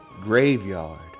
graveyard